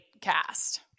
cast